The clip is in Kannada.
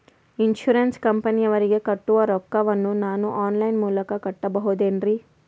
ಇನ್ಸೂರೆನ್ಸ್ ಕಂಪನಿಯವರಿಗೆ ಕಟ್ಟುವ ರೊಕ್ಕ ವನ್ನು ನಾನು ಆನ್ ಲೈನ್ ಮೂಲಕ ಕಟ್ಟಬಹುದೇನ್ರಿ?